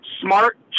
smart